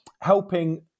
helping